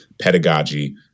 pedagogy